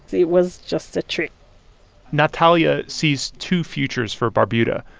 it was just a trick natalia sees two futures for barbuda,